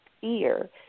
fear